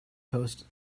post